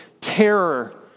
terror